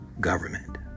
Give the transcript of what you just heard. government